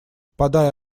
подай